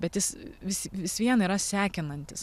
bet jis vis vis vien yra sekinantis